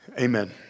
Amen